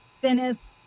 thinnest